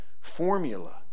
formula